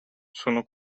sono